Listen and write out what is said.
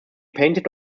painted